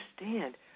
understand